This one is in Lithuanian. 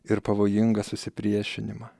ir pavojingą susipriešinimą